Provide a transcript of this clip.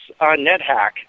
NetHack